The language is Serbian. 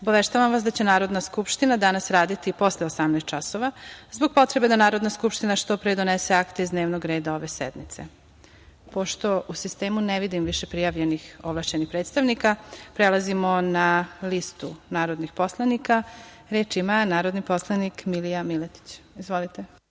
obaveštavam vas da će Narodna skupština danas raditi i posle 18.00 časova zbog potrebe da Narodna skupština što pre donese akte iz dnevnog reda ove sednice. Pošto u sistemu ne vidim više prijavljenih ovlašćenih predstavnika, prelazimo na listu narodnih poslanika. Reč ima narodni poslanik Milija Miletić. Izvolite.